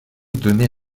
donnée